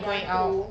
ada hantu